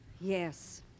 Yes